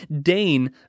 Dane